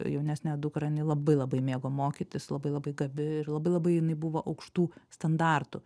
jaunesnę dukrą jinai labai labai mėgo mokytis labai labai gabi ir labai labai jinai buvo aukštų standartų